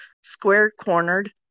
square-cornered